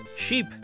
sheep